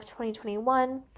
2021